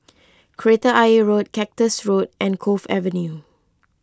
Kreta Ayer Road Cactus Road and Cove Avenue